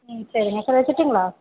ம் சரிங்க சரி வெச்சிடட்டுங்களா